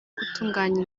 gutunganya